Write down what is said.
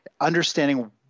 understanding